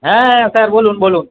হ্যাঁ স্যার বলুন বলুন